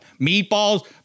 Meatballs